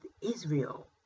Israel